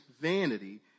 vanity